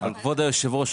כבוד היושב ראש,